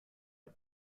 are